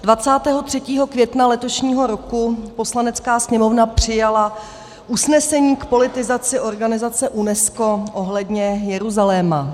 23. května letošního roku Poslanecká sněmovna přijala usnesení k politizaci organizace UNESCO ohledně Jeruzaléma.